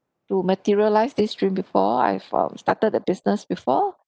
to materialise this dream before I've um started a business before